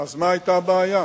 אז מה היתה הבעיה?